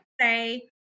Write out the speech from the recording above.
say